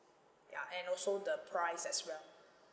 ya and also the price as well